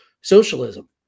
socialism